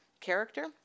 character